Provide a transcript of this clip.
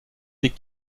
des